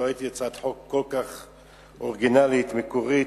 לא ראיתי הצעת חוק כל כך אורגינלית, מקורית,